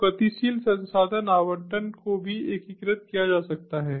तो गतिशील संसाधन आवंटन को भी एकीकृत किया जा सकता है